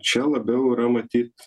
čia labiau yra matyt